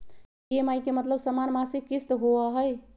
EMI के मतलब समान मासिक किस्त होहई?